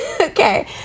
okay